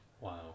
Wow